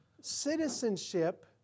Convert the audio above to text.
citizenship